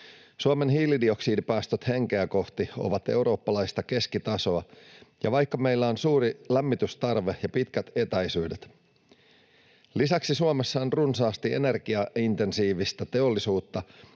Suomen hiilidioksidipäästöt henkeä kohti ovat eurooppalaista keskitasoa, vaikka meillä on suuri lämmitystarve ja pitkät etäisyydet. Lisäksi Suomessa on runsaasti energiaintensiivistä teollisuutta,